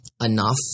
enough